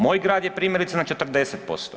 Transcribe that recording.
Moj grad je primjerice na 40%